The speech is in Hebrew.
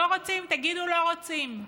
לא רוצים, תגידו: לא רוצים.